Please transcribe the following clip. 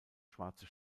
schwarze